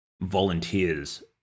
volunteers